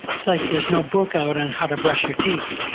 it's like there's no book out on how to brush your teeth.